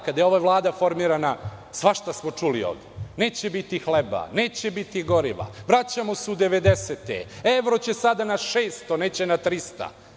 Kada je ova vlada formirana svašta smo čuli ovde – neće biti hleba, neće biti goriva, vraćamo se u devedesete godine, evro će sada na 600, neće na 300.